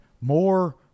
more